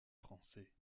français